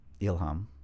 Ilham